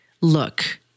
look